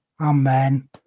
Amen